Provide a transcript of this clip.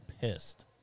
pissed